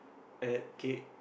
at K